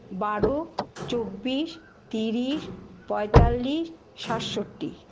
বারো চব্বিশ তিরিশ পয়তাল্লিশ সাতষট্টি